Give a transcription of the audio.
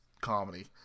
comedy